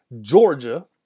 Georgia